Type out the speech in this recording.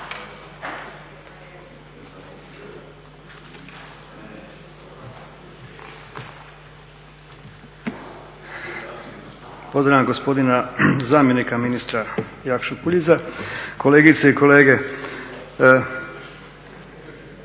Pozdravljam gospodina zamjenika ministra Jakšu Puljiza, kolegice i kolege.